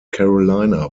carolina